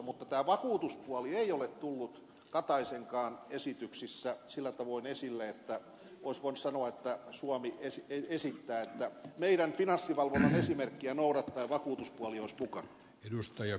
mutta tämä vakuutuspuoli ei ole tullut kataisenkaan esityksissä sillä tavoin esille että olisi voinut sanoa että suomi esittää että finanssivalvonnan esimerkkiä noudattaen vakuutuspuoli olisi mukana